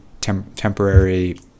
temporary